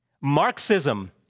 Marxism